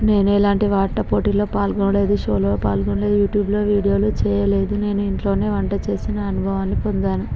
నేను ఎలాంటి ఆటల పోటీల్లో పాల్గొనలేదు షోలో పాల్గొనలేదు యూట్యూబ్లో వీడియోలు చేయలేదు నేను ఇంట్లోనే వంట చేసిన అనుభవాన్ని పొందాను